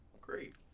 great